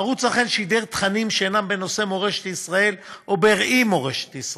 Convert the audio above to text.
הערוץ אכן שידר תכנים שאינם בנושא מורשת ישראל או בראי מורשת ישראל.